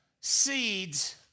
seeds